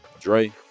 Dre